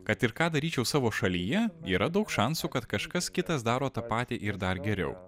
kad ir ką daryčiau savo šalyje yra daug šansų kad kažkas kitas daro tą patį ir dar geriau